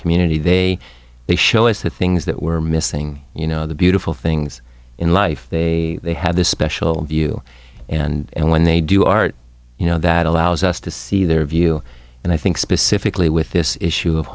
community they they show us the things that we're missing you know the beautiful things in life they they have this special view and when they do art you know that allows us to see their view and i think specifically with this issue of